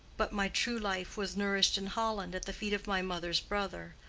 but my true life was nourished in holland at the feet of my mother's brother,